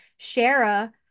Shara